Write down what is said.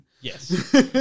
Yes